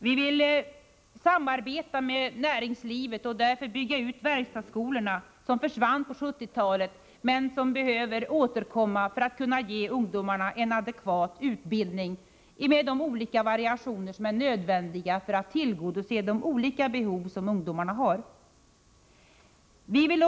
Vi vill samarbeta med näringslivet och därför bygga ut verkstadsskolorna, som försvann på 1970-talet men som behöver återkomma för att ge ungdomarna en adekvat utbildning med de olika variationer som är nödvändiga för att tillgodose ungdomarnas olika behov.